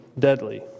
deadly